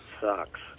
sucks